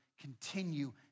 continue